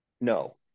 no